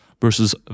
versus